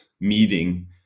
meeting